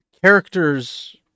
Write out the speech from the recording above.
characters